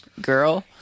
girl